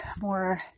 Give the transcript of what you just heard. more